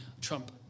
Trump